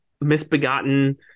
misbegotten